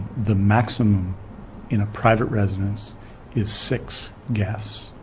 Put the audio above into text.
the maximum in a private residence is six guests.